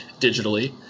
digitally